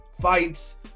fights